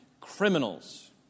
criminals